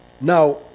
Now